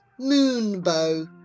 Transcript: moonbow